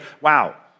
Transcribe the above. Wow